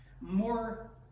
More